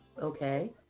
okay